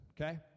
Okay